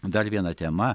dar viena tema